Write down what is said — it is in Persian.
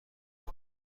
کنم